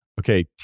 Okay